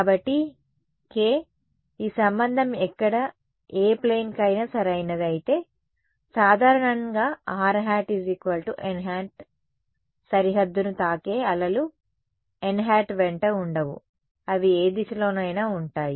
కాబట్టి k ఈ సంబంధం ఎక్కడ ఏ ప్లేన్ కైనా సరైనది అయితే సాధారణంగా r nˆ సరిహద్దును తాకే అలలు nˆ వెంట ఉండవు అవి ఏ దిశలోనైనా ఉంటాయి